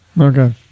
Okay